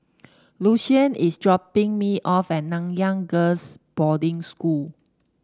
Lucian is dropping me off at Nanyang Girls' Boarding School